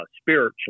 spiritually